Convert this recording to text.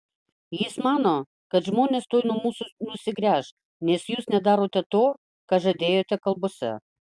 jis mano kad žmonės tuoj nuo mūsų nusigręš nes jūs nedarote to ką žadėjote kalbose